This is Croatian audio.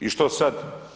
I što sad?